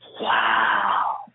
Wow